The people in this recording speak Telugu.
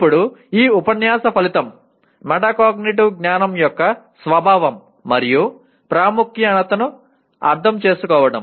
ఇప్పుడు ఈ ఉపన్యాస ఫలితం మెటాకాగ్నిటివ్ జ్ఞానం యొక్క స్వభావం మరియు ప్రాముఖ్యతను అర్థం చేసుకోవడం